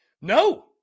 No